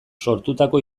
sortutako